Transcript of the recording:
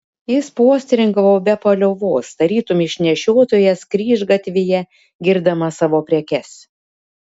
jis postringavo be paliovos tarytum išnešiotojas kryžgatvyje girdamas savo prekes